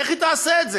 איך היא תעשה את זה?